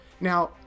Now